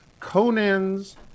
Conan's